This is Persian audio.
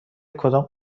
کدام